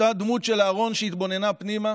אותה דמות של אהרן שהתבוננה פנימה